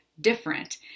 different